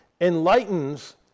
enlightens